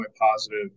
positive